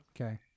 Okay